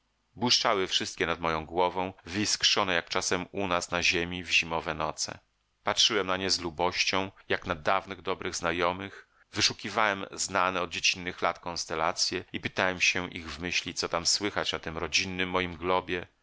błyszczały wszystkie nad moją głową wyiskrzone jak czasem u nas na ziemi w zimowe noce patrzyłem na nie z lubością jak na dawnych dobrych znajomych wyszukiwałem znane od dziecinnych lat konstelacje i pytałem się ich w myśli co tam słychać na tym rodzinnym moim globie